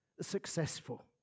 successful